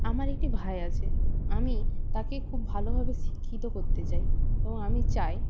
আমার একটি ভাই আছে আমি তাকে খুব ভালোভাবে শিক্ষিত করতে চাই ও আমি চাই